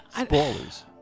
Spoilers